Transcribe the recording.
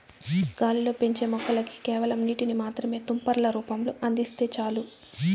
గాలిలో పెంచే మొక్కలకి కేవలం నీటిని మాత్రమే తుంపర్ల రూపంలో అందిస్తే చాలు